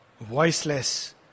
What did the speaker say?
voiceless